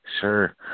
Sure